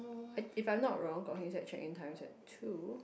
I if I'm not wrong got h_x_z in Times ya true